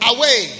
Away